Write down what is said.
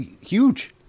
huge